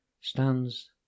stands